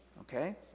okay